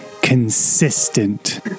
consistent